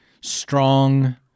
strong